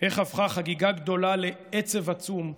איך הפכה חגיגה גדולה לעצב עצום,